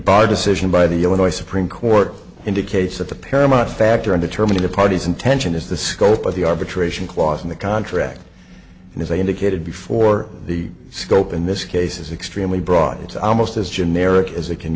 bar decision by the illinois supreme court indicates that the paramount factor in determining the parties intention is the scope of the arbitration clause in the contract and as i indicated before the scope in this case is extremely broad it's almost as generic as it can